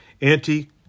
anti